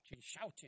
shouting